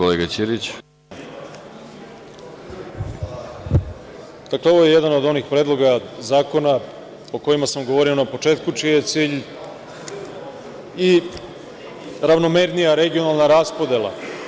Ovo je jedan od onih predloga zakona o kojima sam govorio na početku, čiji je cilj i ravnomernija regionalna raspodela.